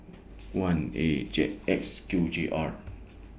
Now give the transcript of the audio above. one A J X Q G R